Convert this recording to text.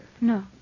No